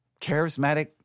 charismatic